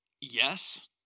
Yes